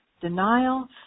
denial